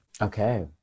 Okay